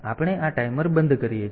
તેથી આપણે આ ટાઈમર બંધ કરીએ છીએ